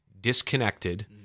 disconnected